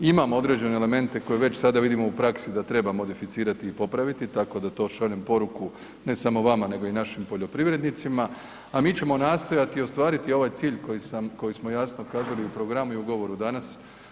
Imamo određene elemente koje već sada vidimo u praksi da treba modificirati i popraviti, tako da to šaljem poruku, ne samo vama nego i našim poljoprivrednicima, a mi ćemo nastojati ostvariti ovaj cilj koji sam, koji smo jasno kazali u programu i u govoru danas.